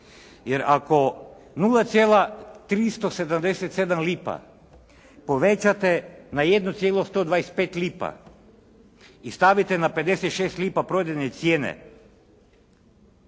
Jer ako 0,377 lipa povećate na 1,125 lipa i stavite na 56 lipa prodajne cijene,